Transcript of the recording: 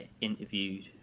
interviewed